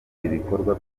ibikorwa